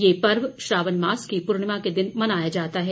ये पर्व श्रावण मास की पूर्णिमा के दिन मनाया जाता है